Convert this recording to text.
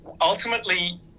Ultimately